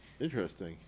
Interesting